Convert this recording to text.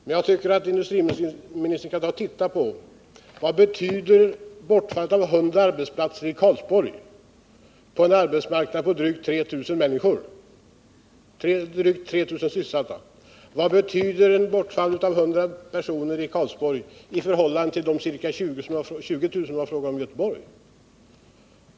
Men jag tycker att industriministern skall fundera på vad bortfallet av 100 arbetsplatser betyder i Karlsborg, som har en arbetsmarknad på drygt 3 000 sysselsatta, i förhållande till den neddragning av arbetstillfällen som det är fråga om i Göteborg.